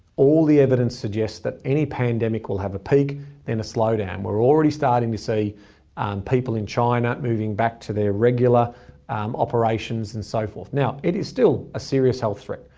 all the evidence suggests that any pandemic will have a peak and then a slowdown. we're already starting to see people in china moving back to their regular operations and so forth. now, it is still a serious health threat,